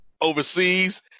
overseas